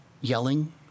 yelling